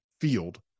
Field